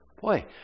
Boy